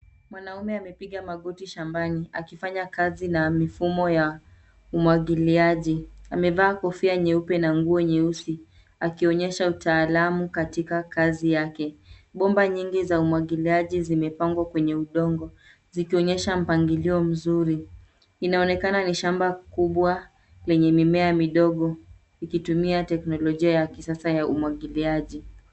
Mwanamume amepiga magoti shambani akifanya kazi na mifumo ya umwagiliaji. Amevaa kofia nyeupe na nguo nyeusi, akionyesha utaalamu katika kazi yake. Bomba nyingi za umwagiliaji zimepangwa kwenye udongo, zikionyesha mpangilio mzuri. Inaonekana ni shamba kubwa lenye mimea midogo ikitumia teknolojia ya kisasa ya umwagiliaji.